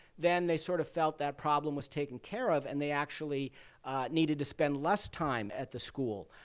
then they sort of felt that problem was taken care of and they actually needed to spend less time at the school.